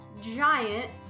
giant